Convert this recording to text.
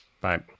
Bye